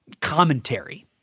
commentary